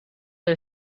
del